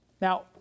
Now